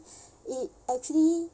it actually